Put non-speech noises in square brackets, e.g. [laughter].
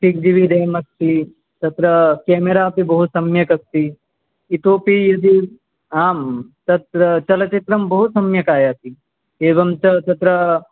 six G B RAM अस्ति तत्र camera अपि बहुसम्यक् अस्ति इतोऽपि [unintelligible] आं तत्र चलच्चित्रं बहुसम्यक् आयाति एवञ्च तत्र